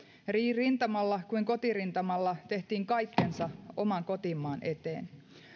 rintamalla kuin kotirintamalla tehtiin kaikkensa oman kotimaan eteen